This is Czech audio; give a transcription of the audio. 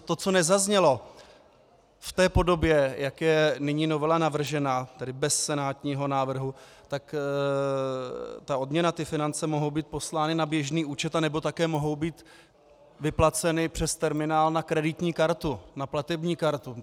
To, co nezaznělo v té podobě, jak je nyní novela navržena, tedy bez senátního návrhu, tak ta odměna, finance mohou být poslány na běžný účet nebo také mohou být vyplaceny přes terminál na kreditní kartu, na platební kartu.